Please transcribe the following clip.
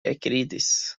ekridis